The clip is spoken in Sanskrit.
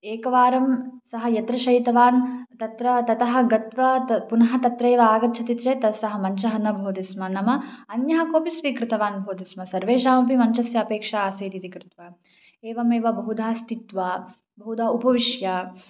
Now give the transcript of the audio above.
एकवारं सः यत्र शयितवान् तत्र ततः गत्वा त पुनः तत्रैव आगच्छति चेत् तस्य सः मञ्चः न भवति स्म नाम अन्यः कोऽपि स्वीकृतवान् भवति स्म सर्वेषामपि मञ्चस्य अपेक्षा आसीत् इति कृत्वा एवमेव बहुधा स्थित्वा बहुधा उपविश्य